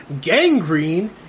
Gangrene